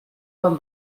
buen